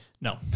No